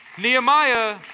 Nehemiah